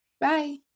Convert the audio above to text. Bye